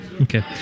okay